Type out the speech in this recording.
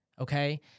okay